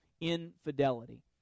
infidelity